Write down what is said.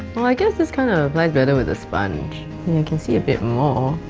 well i guess this kind of applies better with the sponge and i can see a bit more.